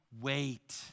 Wait